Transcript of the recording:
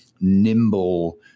nimble